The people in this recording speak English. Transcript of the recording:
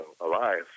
alive